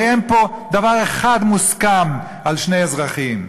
הרי אין פה דבר אחד מוסכם על שני אזרחים.